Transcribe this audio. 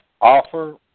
offer